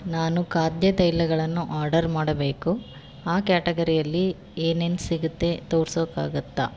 ನಾನು ಖಾದ್ಯ ತೈಲಗಳನ್ನು ಆರ್ಡರ್ ಮಾಡಬೇಕು ಆ ಕ್ಯಾಟಗರಿಯಲ್ಲಿ ಏನೇನು ಸಿಗುತ್ತೆ ತೋರ್ಸೋಕೆ ಆಗುತ್ತಾ